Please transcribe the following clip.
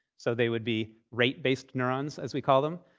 so they would be rate-based neurons, as we call them.